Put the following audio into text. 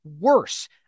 worse